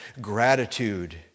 gratitude